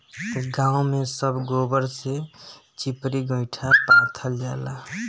गांव में सब गोबर से चिपरी गोइठा पाथल जाला